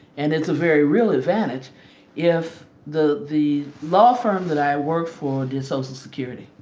and it's a very real advantage if the the law firm that i worked for did social security.